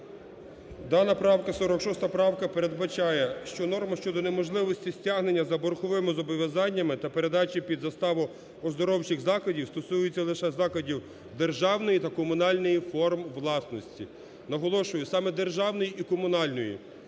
Дана правка, 46 правка, передбачає, що норма щодо неможливості стягнення за борговими зобов'язаннями та передачі під заставу оздоровчих закладів стосується лише закладів державної та комунальної форм власності. Наголошую, саме державної і комунальної,